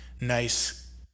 nice